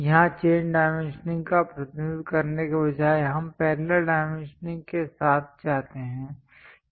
यहां chain dimensioning का प्रतिनिधित्व करने के बजाय हम पैरेलल डाइमेंशनिंग के साथ जाते हैं